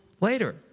later